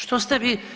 Što ste vi?